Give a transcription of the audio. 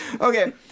Okay